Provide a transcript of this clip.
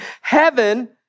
heaven